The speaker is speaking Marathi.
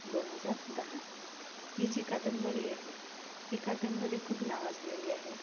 दोन हजार दहा ही जी कादंबरी आहे ही कादंबरी खूप नावाजलेली आहे